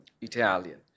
Italian